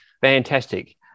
Fantastic